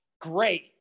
great